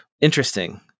Interesting